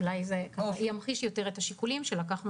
אולי זה ימחיש יותר את השיקולים שלקחנו